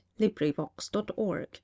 LibriVox.org